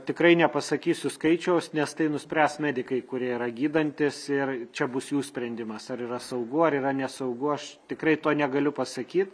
tikrai nepasakysiu skaičiaus nes tai nuspręs medikai kurie yra gydantys ir čia bus jų sprendimas ar yra saugu ar yra nesaugu aš tikrai to negaliu pasakyt